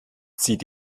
zieht